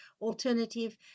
alternative